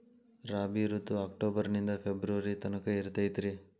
ರಾಬಿ ಋತು ಅಕ್ಟೋಬರ್ ನಿಂದ ಫೆಬ್ರುವರಿ ತನಕ ಇರತೈತ್ರಿ